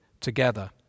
together